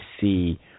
see